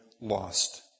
lost